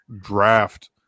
draft